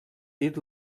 dit